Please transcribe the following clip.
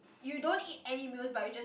you don't eat any meals but you just